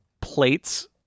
plates